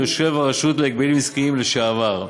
יושב-ראש הרשות להגבלים עסקיים לשעבר.